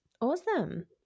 Awesome